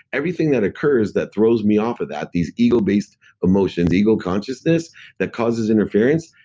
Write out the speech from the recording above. everything that occurs that throws me off of that, these ego-based emotions, ego consciousness that causes interference,